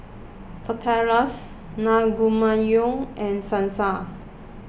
Tortillas Naengmyeon and Salsa